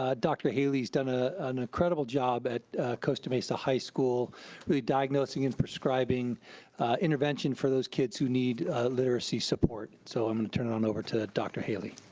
ah dr. haley's done ah an incredible job at costa mesa high school with diagnosing and prescribing intervention for those kids who need literacy support. so i'm gonna turn it on over to dr. haley.